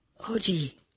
Oji